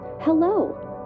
Hello